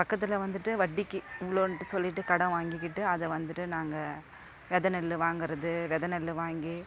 பக்கத்தில் வந்துட்டு வட்டிக்கு இவ்வளோன்ட்டு சொல்லிட்டு கடன் வாங்கிக்கிட்டு அதை வந்துட்டு நாங்கள் வித நெல் வாங்கிறது வித நெல் வாங்கி